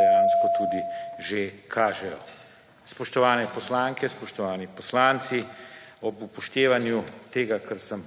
dejansko tudi že kažejo. Spoštovane poslanke, spoštovani poslanci, ob upoštevanju tega, kar sem